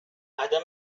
عدم